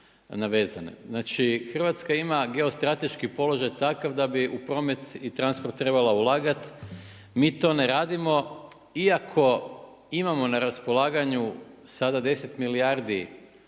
Znači Hrvatska ima geostrateški položaj takav da bi u promet i transport trebala ulagati, mi to ne radimo iako imamo na raspolaganju sada 10 milijardi